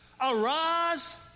Arise